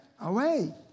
away